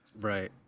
Right